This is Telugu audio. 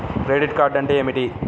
క్రెడిట్ కార్డ్ అంటే ఏమిటి?